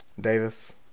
Davis